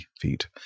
feet